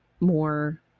more